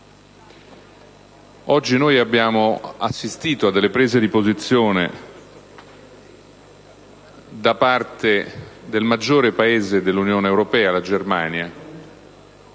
Oggi abbiamo assistito a delle prese di posizione da parte del maggior Paese dell'Unione europea, la Germania,